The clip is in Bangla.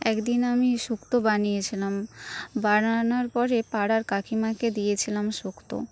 একদিন আমি সুক্তো বানিয়ে ছিলাম বানানোর পরে পাড়ার কাকিমাকে দিয়েছিলাম সুক্তো